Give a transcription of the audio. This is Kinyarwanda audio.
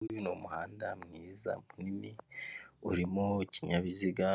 Uyu nguyu ni umuhanda mwiza munini urimo ikinyabiziga